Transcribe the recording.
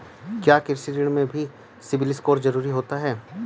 क्या कृषि ऋण में भी सिबिल स्कोर जरूरी होता है?